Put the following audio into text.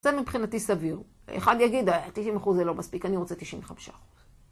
זה מבחינתי סביר. אחד יגיד 90 אחוז זה לא מספיק, אני רוצה 95 אחוז.